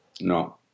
No